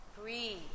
Breathe